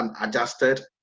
adjusted